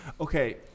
Okay